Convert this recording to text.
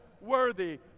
worthy